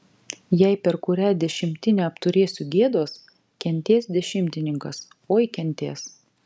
jei per kurią dešimtinę apturėsiu gėdos kentės dešimtininkas oi kentės